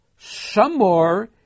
Shamor